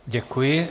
Děkuji.